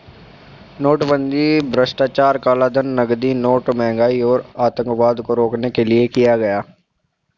नोटबंदी भ्रष्टाचार, कालाधन, नकली नोट, महंगाई और आतंकवाद को रोकने के लिए किया गया